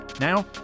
Now